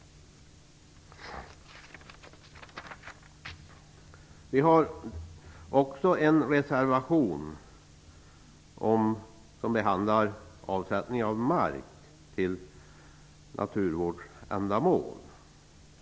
Vi har också en reservation som behandlar avsättning av mark till naturvårdsändamål.